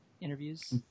interviews